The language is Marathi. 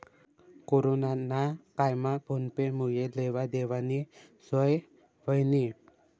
कोरोना ना कायमा फोन पे मुये लेवा देवानी सोय व्हयनी